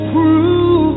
Prove